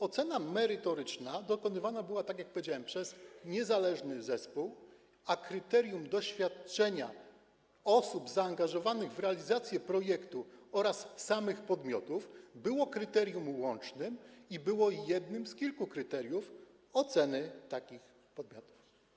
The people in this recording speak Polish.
Ocena merytoryczna dokonywana była, tak jak powiedziałem, przez niezależny zespół, a doświadczenie osób zaangażowanych w realizację projektu oraz samych podmiotów było kryterium łącznym i było to jedno z kilku kryteriów oceny takich podmiotów.